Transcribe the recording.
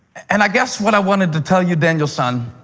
and i guess what i wanted to tell you, daniel-san,